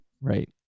Right